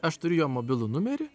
aš turiu jo mobilų numerį